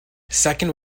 second